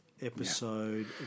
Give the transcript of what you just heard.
episode